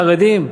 חרדים,